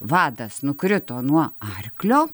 vadas nukrito nuo arklio